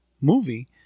movie